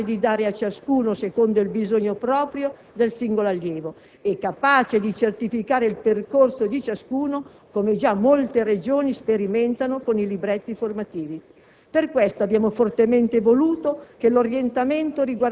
Avremo modo di discutere di una scuola flessibile, capace di dare a ciascuno secondo il bisogno proprio del singolo allievo, e capace di certificare il percorso di ciascuno, come già molte Regioni sperimentano con i libretti formativi.